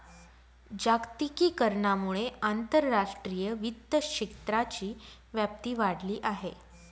जागतिकीकरणामुळे आंतरराष्ट्रीय वित्त क्षेत्राची व्याप्ती वाढली आहे